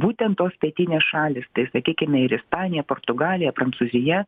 būtent tos pietinės šalys tai sakykime ir ispanija portugalija prancūzija